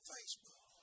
Facebook